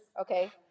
Okay